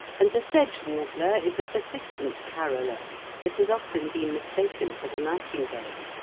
and the sedge-warbler is a persistent caroller that has often been mistaken for the nightingale.